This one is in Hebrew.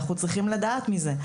אנחנו צריכים לדעת מזה.